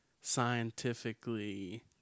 scientifically